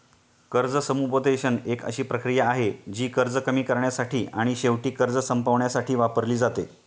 कर्ज समुपदेशन एक अशी प्रक्रिया आहे, जी कर्ज कमी करण्यासाठी आणि शेवटी कर्ज संपवण्यासाठी वापरली जाते